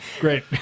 Great